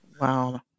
Wow